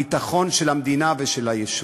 הביטחון של המדינה ושל היישוב.